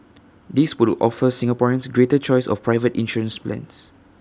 this will offer Singaporeans greater choice of private insurance plans